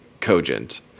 cogent